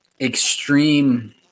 extreme